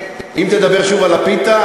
אם תדבר שוב על הפיתה,